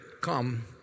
come